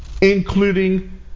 Including